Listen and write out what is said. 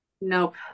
nope